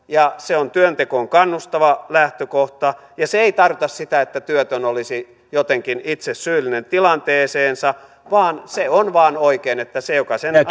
ja se on työntekoon kannustava lähtökohta se ei tarkoita sitä että työtön olisi jotenkin itse syyllinen tilanteeseensa vaan se on vain oikein että se joka